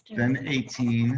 then eighteen